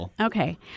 Okay